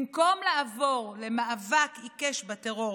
במקום לעבור למאבק עיקש בטרור,